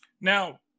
Now